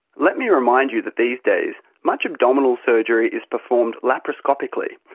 let me remind you that these days much abdominal surgery is performed laparoscopically,